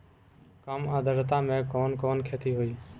कम आद्रता में कवन कवन खेती होई?